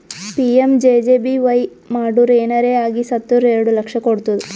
PMJJBY ಮಾಡುರ್ ಏನರೆ ಆಗಿ ಸತ್ತುರ್ ಎರಡು ಲಕ್ಷ ಕೊಡ್ತುದ್